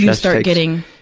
you start getting,